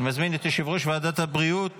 אני מזמין את יושב-ראש ועדת הבריאות